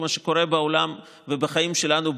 כמו שקורה בעולם ובחיים שלנו,